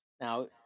Now